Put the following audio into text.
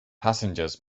passengers